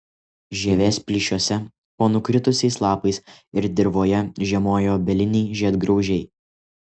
žievės plyšiuose po nukritusiais lapais ir dirvoje žiemoja obeliniai žiedgraužiai